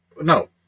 No